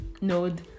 node